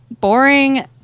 boring